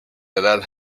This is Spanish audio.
edad